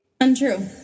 Untrue